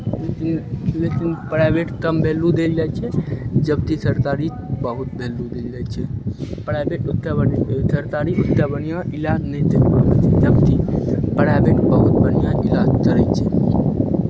लेकिन प्राइवेट कम भेलु देल जाइ छै जबकि सरकारी बहुत भेलु देल जाइ छै प्राइवेट ओतेक बढ़िआँ सरकारी ओतेक बढ़िआँ इलाज नहि छै जबकि प्राइवेट बहुत बढ़िआँ इलाज करै छै